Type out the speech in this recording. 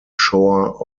shore